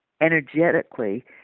energetically